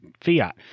Fiat